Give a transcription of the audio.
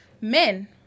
Men